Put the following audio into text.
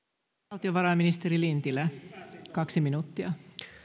valtiovarainministeri lintilä kaksi minuuttia